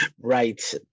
Right